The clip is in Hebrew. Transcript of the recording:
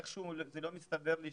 איכשהו זה לא מסתדר לי